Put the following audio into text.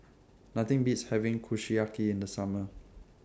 Nothing Beats having Kushiyaki in The Summer